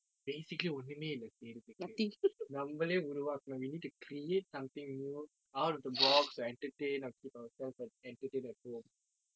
basically ஒண்ணுமே இல்லே செய்ரதுக்கு நம்மலே உருவாக்கணும்:onnume illae seyrathukku nammale uruvaakkanum we need to create something new out of the box to entertain or keep ourselves entertained at home